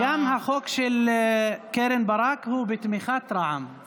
גם החוק של קרן ברק הוא בתמיכת רע"מ.